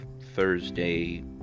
Thursday